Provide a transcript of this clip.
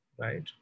right